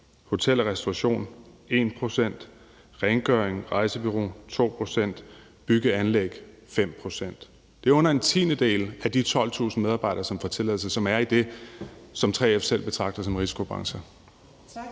Hotel og restauration: 1 pct. Rengøring og rejsebureau: 2 pct. Bygge- og anlæg: 5 pct. Det er under en tiendedel af de 12.000 medarbejdere, som får tilladelse, som er i det, som 3F selv betragter som risikobrancher. Kl.